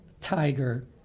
tiger